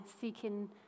seeking